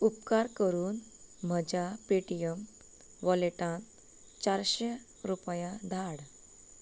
उपकार करून म्हज्या पेटीएम वॉलेटांत चारशें रुपया धाड